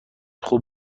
خوب